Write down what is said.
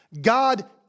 God